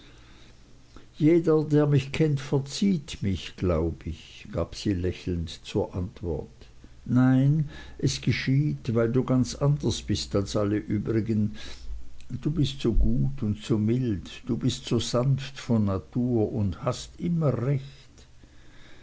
jeder er mich kennt verzieht mich glaube ich gab sie lächelnd zur antwort nein es geschieht weil du ganz anders bist als alle übrigen du bist so gut und so mild du bist so sanft von natur und hast immer recht